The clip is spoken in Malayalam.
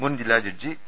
മുൻ ജില്ലാ ജഡ്ജി പി